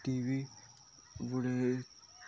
T V